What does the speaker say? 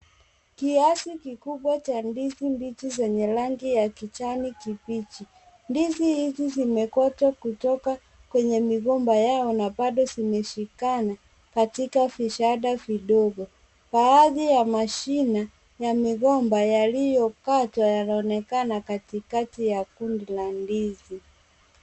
Kiasi kikubwa cha ndizi mbichi zenye rangi ya kijani kibichi. Ndizi hizi zimekatwa kutoka kwenye migomba yao na bado zimeshikana katika vishada vidogo. Baadhi ya mashina ya migomba yaliyokatwa yanaonekana katikati ya kundi la ndizi.